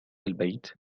البيت